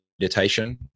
meditation